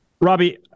Robbie